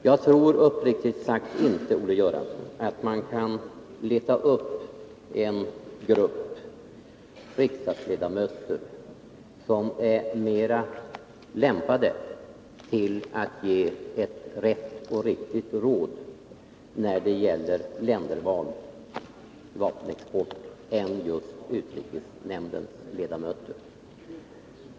Jag tror uppriktigt sagt inte, Olle Göransson, att man kan leta upp en grupp riksdagsledamöter som är mera lämpade att ge ett riktigt råd när det gäller ländervalet för vapenexport än just utrikesnämndens ledamöter.